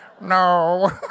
No